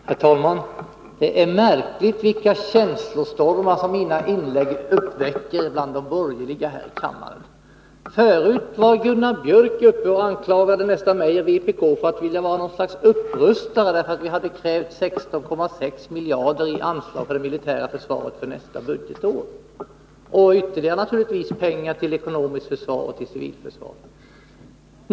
Herr talman! Det är märkligt vilka känslostormar mina inlägg uppväcker bland de borgerliga här i kammaren. Förut gick Gunnar Björk i Gävle upp i debatten och anklagade mig och vpk för att vara något slags upprustare, därför att vi hade krävt 16,6 miljarder kronor i anslag till det militära försvaret för nästa budgetår och naturligtvis ytterligare pengar till det ekonomiska försvaret och civilförsvaret.